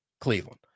Cleveland